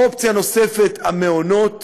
אופציה נוספת, המעונות